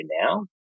now